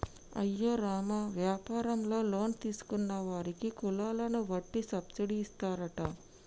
అయ్యో రామ యాపారంలో లోన్ తీసుకున్న వారికి కులాలను వట్టి సబ్బిడి ఇస్తారట